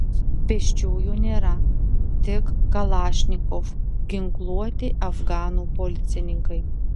pėsčiųjų nėra tik kalašnikov ginkluoti afganų policininkai